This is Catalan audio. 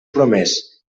promès